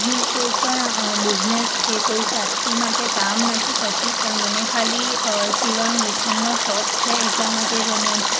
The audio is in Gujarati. હું કોઈ પણ બિઝનેસ કે કોઈ ફેક્ટરી માટે કામ નથી કરતી પણ મને ખાલી સીવણ ગુંથણનો શોખ છે એટલા માટે જ એને